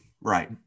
Right